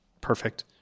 perfect